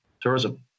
tourism